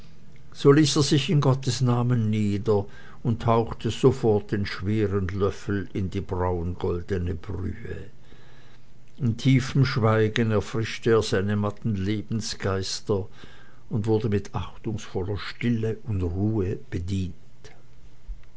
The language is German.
so ließ er sich in gottes namen nieder und tauchte sofort den schweren löffel in die braungoldene brühe in tiefem schweigen erfrischte er seine matten lebensgeister und wurde mit achtungsvoller stille und ruhe bedient